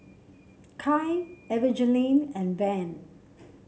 Kai Evangeline and Van